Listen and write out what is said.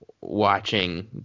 watching